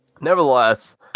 nevertheless